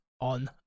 on